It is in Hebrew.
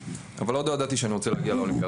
אבל עוד לא ידעתי שאני רוצה להגיע לאולימפיאדה,